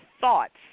thoughts